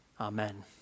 Amen